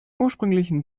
ursprünglichen